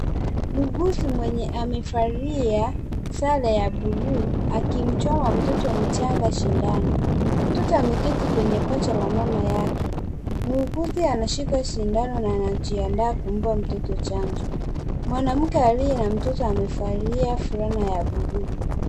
Muuguzi mwenye amevalia sare ya buluu, akimchoma mtoto mchanga shindano. Mtoto ameketi kwenye paja la mama yake. Mhudumu anashika shindano na kujiandaa kumpa mtoto chanjo. Mwanamke aliye na mtoto amevalia fulana ya buluu.